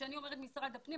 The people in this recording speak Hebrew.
כשאני אומרת משרד הפנים,